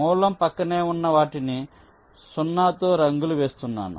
మూలం పక్కనే ఉన్న వాటిని 0 తో రంగులు వేస్తున్నాను